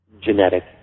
Genetic